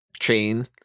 Chain